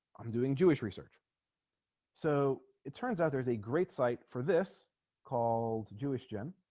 i'm doing jewish research so it turns out there's a great site for this called jewish jen